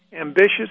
ambitious